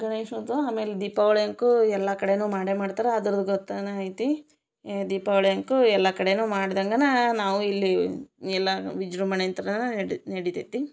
ಗಣೇಶಂದು ಆಮೇಲೆ ದೀಪಾವಳೇಕು ಎಲ್ಲ ಕಡೆನು ಮಾಡೇ ಮಾಡ್ತರೆ ಅದು ಗೊತ್ತನೆ ಐತೆ ಈ ದೀಪಾವಳೇ್ಕು ಎಲ್ಲ ಕಡೆನು ಮಾಡ್ದಂಗನೆ ನಾವು ಇಲ್ಲಿ ಎಲ್ಲ ವಿಜೃಂಭಣೆ ಇಂದನ ನಡಿ ನಡಿತೈತೆ